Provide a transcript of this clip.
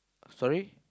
sorry